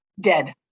dead